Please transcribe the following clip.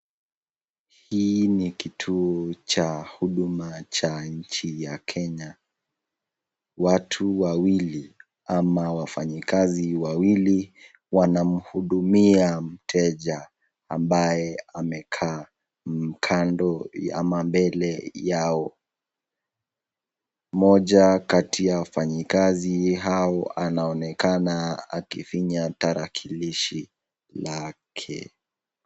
Hii ni kituo cha huduma cha nchi ya kenya. Watu wawili ama wafanyikazi wawili wanamhudumia mteja ambaye amekaa kando ama mbele yao. Mmoja kati ya wafanyikazi hao anaonekana akifinya tarakilishi lake .